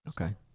okay